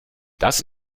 das